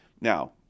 Now